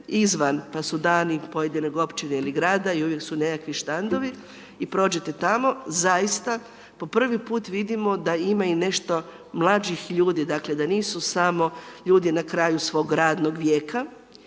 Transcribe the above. pa su dani pojedine općine ili grada i uvijek su nekakvi štandovi i prođete tamo, zaista po prvi put vidimo da ima i nešto mlađih ljudi, dakle da nisu samo ljudi na kraju svog radnog vijeka